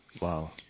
Wow